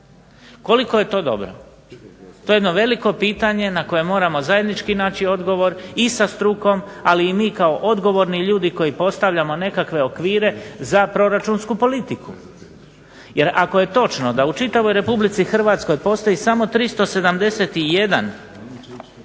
Koliko je to dobro, to je jedno veliko pitanje na koje moramo zajednički naći odgovor i sa strukom, ali i mi kao odgovorni ljudi koji postavljamo nekakve okvire za proračunsku politiku. Jer ako je točno da u čitavoj Republici Hrvatskoj postoji samo 371